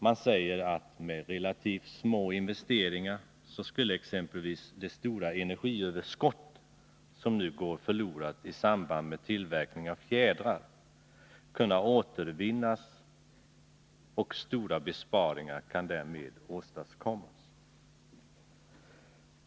Man säger att med relativt små investeringar skulle exempelvis det stora energiöverskott som nu går förlorat i samband med tillverkning av fjädrar kunna återvinnas och stora besparingar därmed kunna åstadkommas.